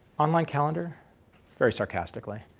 online calendar very sarcastically.